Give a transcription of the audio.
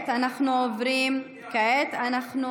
גברתי היושבת-ראש,